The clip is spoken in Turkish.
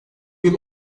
yıl